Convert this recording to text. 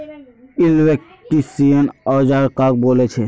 Electrician औजार कहाक बोले छे?